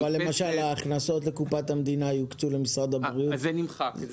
אבל למשל: ההכנסות לקופת המדינה יוקצו למשרד הבריאות." זה נמחק.